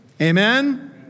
Amen